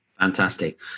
Fantastic